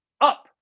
up